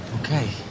okay